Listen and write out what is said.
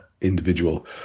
individual